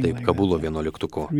taip kabulo vienuoliktuko